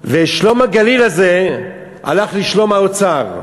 ו"שלום הגליל" הזה הלך לשלום האוצר,